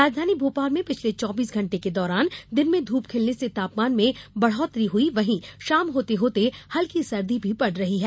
राजधानी भोपाल में पिछले चौबीस घंटे के दौरान दिन में धूप खिलने से तापमान में बढ़ोत्तरी हुई वहीं शाम होते होते हल्की सर्दी भी पड़ रही है